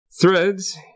Threads